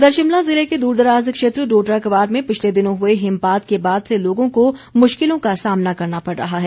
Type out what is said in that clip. इधर शिमला जिले के दूरदराज़ क्षेत्र डोडराक्वार में पिछले दिनों हुए हिमपात के बाद से लोगों को मुश्किलों का सामना करना पड़ रहा है